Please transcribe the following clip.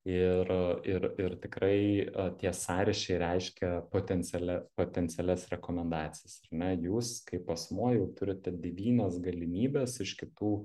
ir ir ir tikrai tie sąryšiai reiškia potencialia potencialias rekomendacijas ar ne jūs kaip asmuo jau turite devynias galimybes iš kitų